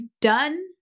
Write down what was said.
done